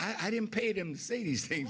i didn't pay them say these things